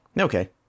Okay